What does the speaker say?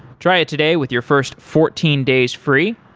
try it today with your first fourteen days free.